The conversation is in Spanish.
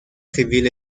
civil